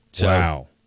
Wow